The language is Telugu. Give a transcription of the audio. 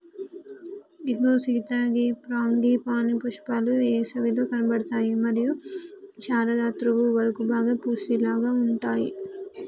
ఇగో సీత గీ ఫ్రాంగిపానీ పుష్పాలు ఏసవిలో కనబడుతాయి మరియు శరదృతువు వరకు బాగా పూసేలాగా ఉంటాయి